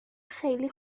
خیلی